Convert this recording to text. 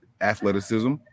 athleticism